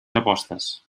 apostes